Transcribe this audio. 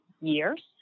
years